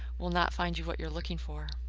will not find you what you're looking for.